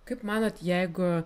kaip manot jeigu